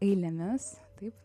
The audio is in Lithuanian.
eilėmis taip